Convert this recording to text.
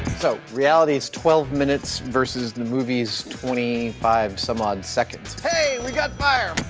so, reality is twelve minutes, versus the movie's twenty five some odd seconds. hey! we got fire!